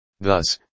Thus